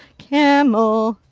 camel.